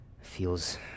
feels